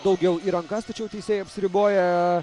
daugiau į rankas tačiau teisėjai apsiriboja